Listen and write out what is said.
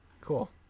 Cool